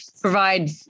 provide